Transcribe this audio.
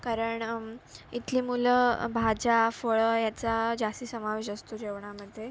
कारण इथली मुलं भाज्या फळं याचा जास्त समावेश असतो जेवणामध्ये